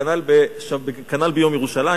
וכנ"ל ביום ירושלים,